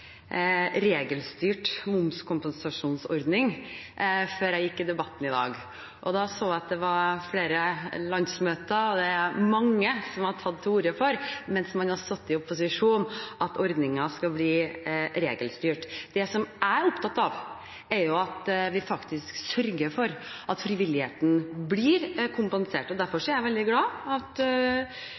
regelstyrt. Det jeg er opptatt av, er at vi faktisk sørger for at frivilligheten blir kompensert. Derfor er jeg veldig glad for at